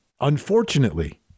Unfortunately